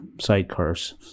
sidecar's